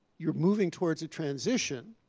you're moving towards a transition.